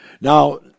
Now